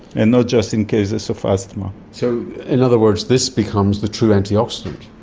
and not just in cases of asthma. so in other words this becomes the true antioxidant.